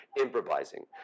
improvising